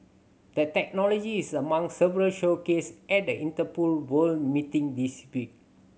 the technology is among several showcased at the Interpol World meeting this week